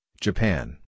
Japan